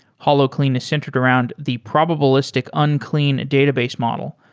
holoclean is centered around the probabilistic unclean database model,